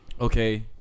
Okay